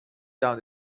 down